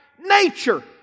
nature